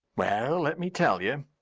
well, let me tell you,